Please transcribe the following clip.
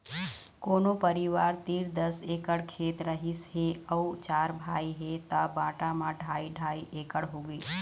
कोनो परिवार तीर दस एकड़ खेत रहिस हे अउ चार भाई हे त बांटा म ढ़ाई ढ़ाई एकड़ होगे